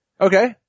Okay